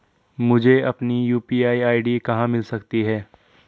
मुझे अपनी UPI ID कहां मिल सकती है?